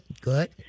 good